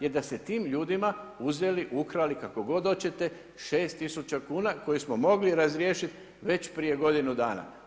je da ste tim ljudima uzeli, ukrali, kako god hoćete 6000 kn koje smo mogli razriješiti već prije godinu dana.